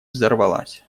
взорвалась